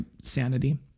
sanity